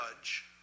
judge